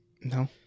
no